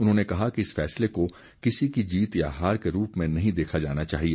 उन्होंने कहा कि इस फैसले को किसी की जीत या हार के रूप में नहीं देखा जाना चाहिए